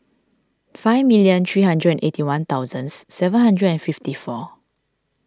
five million three hundred and eighty one thousand seven hundred and fifty four